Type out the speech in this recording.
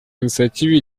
инициативе